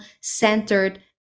centered